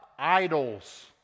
idols